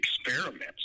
experiments